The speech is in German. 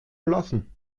lassen